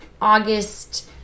august